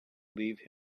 leave